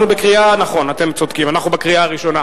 נכון, אתם צודקים, אנחנו בקריאה הראשונה.